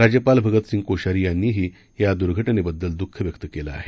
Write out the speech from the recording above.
राज्यपाल भगतसिंग कोश्यारी यांनीही या दुर्घटनेबद्दल दुःख व्यक्त केलं आहे